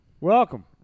Welcome